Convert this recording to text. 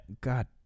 God